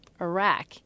Iraq